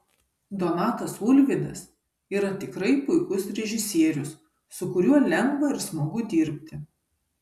donatas ulvydas yra tikrai puikus režisierius su kuriuo lengva ir smagu dirbti